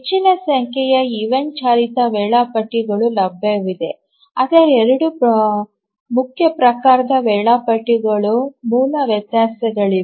ಹೆಚ್ಚಿನ ಸಂಖ್ಯೆಯ ಈವೆಂಟ್ ಚಾಲಿತ ವೇಳಾಪಟ್ಟಿಗಳು ಲಭ್ಯವಿದೆ ಆದರೆ ಎರಡು ಮುಖ್ಯ ಪ್ರಕಾರದ ವೇಳಾಪಟ್ಟಿಗಳ ಮೂಲ ವ್ಯತ್ಯಾಸಗಳಿವೆ